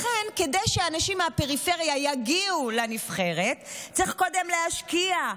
כדי שאנשים מהפריפריה יגיעו לנבחרת צריך קודם להשקיע,